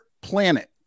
planet